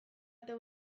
eta